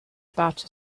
about